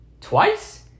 Twice